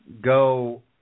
go